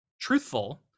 truthful